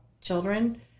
children